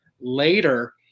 later